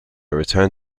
returned